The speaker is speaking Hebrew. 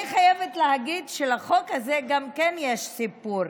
אני חייבת להגיד שלחוק הזה גם כן יש סיפור.